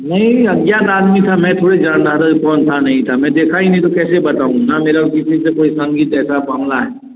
नहीं अज्ञात आदमी था मैं थोड़ी जान पा रहा हूँ कि कौन था मैं देखा ही नहीं तो कैसे बताऊँ ना मेरा किसी से कोई संगीन ऐसा मामला है